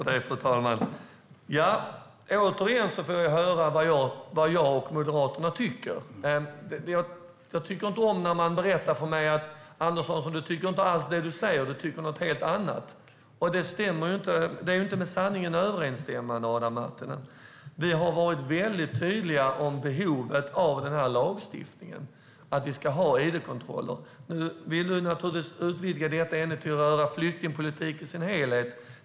Fru talman! Återigen får jag höra vad jag och Moderaterna tycker. Jag tycker inte om när man säger till mig att jag tycker något helt annat än det jag säger. Det är inte med sanningen överensstämmande, Adam Marttinen. Vi har varit väldigt tydliga om behovet av den här lagstiftningen. Vi ska ha id-kontroller. Nu vill du utvidga diskussionen till att röra flyktingpolitiken i dess helhet.